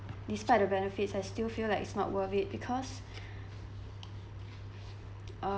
despite the benefits I still feel like it's not worth it because uh